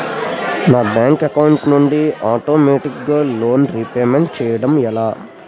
నా bank account నుండి ఆటోమేటిగ్గా లోన్ రీపేమెంట్ చేయడం ఎలా?